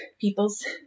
peoples